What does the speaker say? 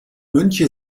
mönche